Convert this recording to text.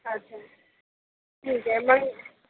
अच्छा ठीक आहे मग